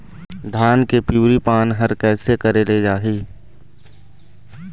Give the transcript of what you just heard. धान के पिवरी पान हर कइसे करेले जाही?